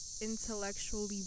intellectually